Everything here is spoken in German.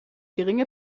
geringe